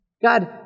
God